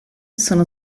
sono